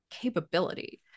capability